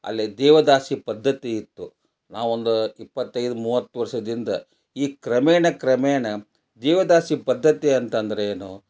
ಅಲ್ಲಿ ದೇವದಾಸಿ ಪದ್ಧತಿ ಇತ್ತು ನಾವು ಒಂದು ಇಪ್ಪತ್ತೈದು ಮೂವತ್ತು ವರ್ಷದ ಹಿಂದೆ ಈ ಕ್ರಮೇಣ ಕ್ರಮೇಣ ದೇವದಾಸಿ ಪದ್ಧತಿಯಂತಂದರೇನು